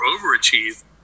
overachieve